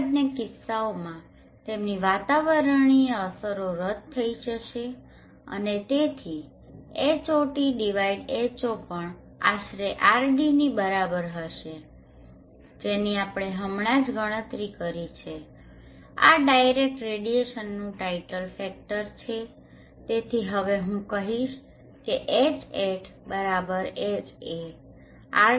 આ બંને કિસ્સાઓમાં તેમની વાતાવરણીય અસરો રદ થઈ જશે અને તેથી HotH0 પણ આશરે RDની બરાબર હશે જેની આપણે હમણાં જ ગણતરી કરી છે આ ડાયરેક્ટ રેડિયેશનનુ ટાઇટલ ફેક્ટર છે તેથી હવે હું કહીશ કે Hat Ha ∙ RD છે